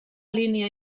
línia